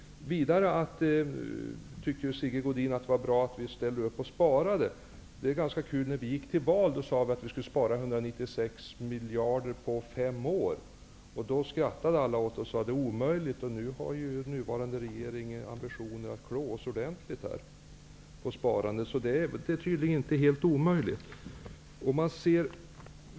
Sigge Godin tyckte att det var bra att vi ställer upp för besparingar. När vi gick ut i valrörelsen sade vi att vi ville spara 196 miljarder på fem år. Då skrattade alla åt oss och sade att det var omöjligt, men den nuvarande regeringen har ambitionen att överträffa oss ordentligt när det gäller sparande. Uppgiften är tydligen inte helt omöjlig.